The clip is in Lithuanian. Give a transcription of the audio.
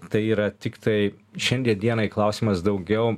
tai yra tiktai šiandie dienai klausimas daugiau